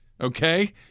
okay